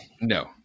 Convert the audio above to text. no